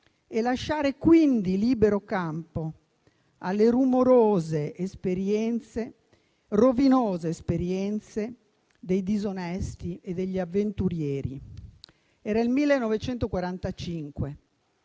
e lasciare quindi libero campo alle rovinose esperienze dei disonesti e degli avventurieri». Era il 1945,